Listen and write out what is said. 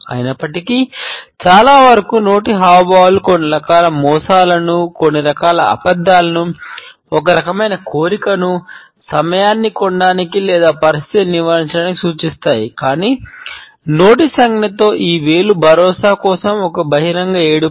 అయినప్పటికీ చాలా వరకు నోటి హావభావాలు కొన్ని రకాల మోసాలను కొన్ని రకాల అబద్ధాలను ఒక రకమైన కోరికను సమయాన్ని కొనడానికి లేదా పరిస్థితిని నివారించడానికి సూచిస్తాయి కాని నోటి సంజ్ఞలో ఈ వేలు భరోసా కోసం ఒక బహిరంగ ఏడుపు